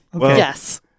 Yes